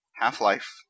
Half-Life